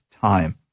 time